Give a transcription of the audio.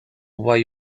why